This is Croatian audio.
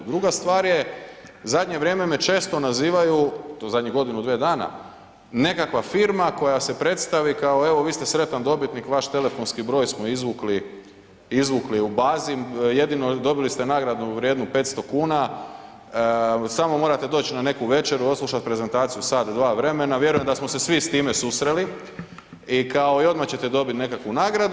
Druga stvar je, u zadnje vrijeme me često nazivaju, u zadnjih godinu, dvije dana nekakva firma koja se predstavi kao evo vi ste sretan dobitnik, vaš telefonski broj smo izvukli u bazi jedino, dobili ste nagradu vrijednu 500 kuna, samo morate doći na neki večeru, odslušati prezentaciju sat, dva vremena, vjerujem da smo se svi s time susreli i kao i odmah ćete dobiti nekakvu nagradu.